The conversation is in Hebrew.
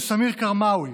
וסמיר קרמאוי,